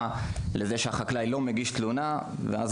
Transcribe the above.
למצב בו החקלאי לא מגיש תלונה מה שאומר,